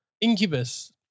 Incubus